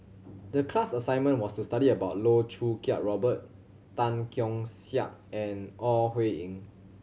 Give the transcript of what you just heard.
the class assignment was to study about Loh Choo Kiat Robert Tan Keong Saik and Ore Huiying